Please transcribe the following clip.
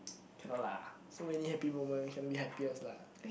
cannot lah so many happy moment cannot be happiest lah